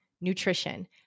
nutrition